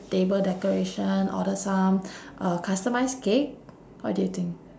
table decoration order some uh customised cake what do you think